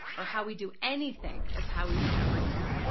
or how we do anything is how we do everything.